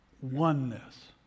Oneness